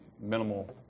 minimal